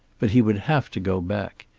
but he would have to go back.